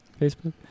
Facebook